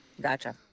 gotcha